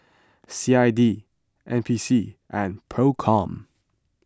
C I D N P C and Procom